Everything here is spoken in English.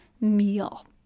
meal